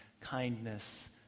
kindness